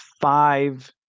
five